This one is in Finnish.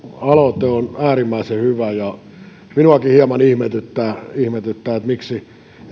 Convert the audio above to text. aloite on äärimmäisen hyvä ja minuakin hieman ihmetyttää ihmetyttää miksi